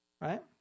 right